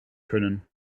können